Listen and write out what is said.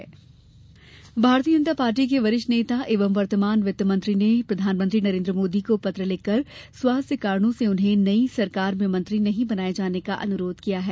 जेटली पत्र भारतीय जनता पार्टी के वरिष्ठ नेता एवं वर्तमान वित्तमंत्री ने प्रधानमंत्री नरेन्द्र मोदी को पत्र लिखकर स्वास्थ्य कारणों से उन्हें नई सरकार में मंत्री नहीं बनाये जाने का अनुरोध किया है